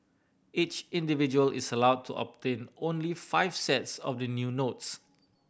each individual is allowed to obtain only five sets of the new notes